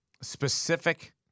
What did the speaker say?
specific